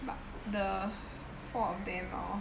but the four of them hor